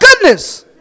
goodness